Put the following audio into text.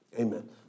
Amen